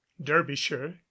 Derbyshire